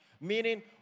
Meaning